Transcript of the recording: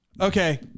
Okay